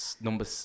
Number